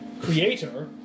creator